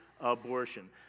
abortion